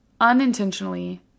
unintentionally